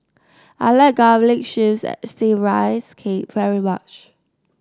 I like Garlic Chives Steamed Rice Cake very much